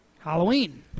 halloween